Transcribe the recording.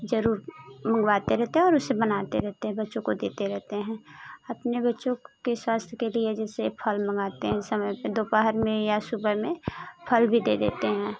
ज़रूर मंगवाते रहते हैं और उसे बनाते रहते हैं बच्चों को देते रहते हैं अपने बच्चों के स्वास्थ्य के लिए जैसे फल मँगवाते जैसे समय पर दोपहर में या सुबह में फल भी दे देते हैं